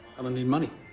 i don't need money.